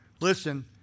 Listen